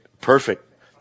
Perfect